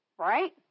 right